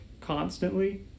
constantly